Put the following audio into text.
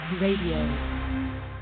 radio